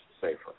safer